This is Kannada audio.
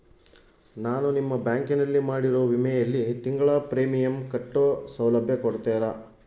ನಾನು ನಿಮ್ಮ ಬ್ಯಾಂಕಿನಲ್ಲಿ ಮಾಡಿರೋ ವಿಮೆಯಲ್ಲಿ ತಿಂಗಳ ಪ್ರೇಮಿಯಂ ಕಟ್ಟೋ ಸೌಲಭ್ಯ ಕೊಡ್ತೇರಾ?